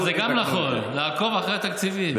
אבל גם זה נכון, לעקוב אחרי התקציבים.